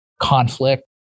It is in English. conflict